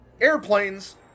airplanes